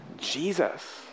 Jesus